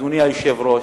אדוני היושב-ראש,